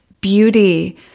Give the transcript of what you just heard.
beauty